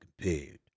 compared